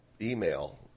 email